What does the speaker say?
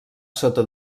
sota